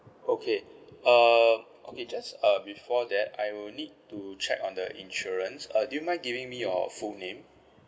okay uh okay just uh before that I will need to check on the insurance uh do you mind giving me your full name